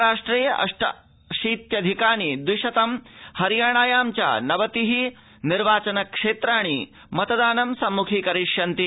महाराष्ट्रे अष्टाशीत्यधिकानि द्विशतं हरियाणायां च नवतिः निर्वाचन क्षेत्राणि मतदानं संम्खी करिष्यन्ति